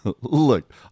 look